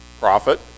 Profit